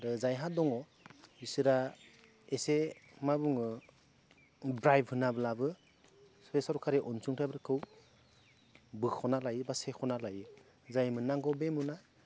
आरो जायहा दङ बिसोरहा एसे मा बुङो ब्राइब होनानैब्लाबो बे सरकारि अनसुंथाइफोरखौ बोख'ना लायो बा सेख'ना लायो जाय मोननांगौ बे मोना